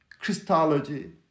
Christology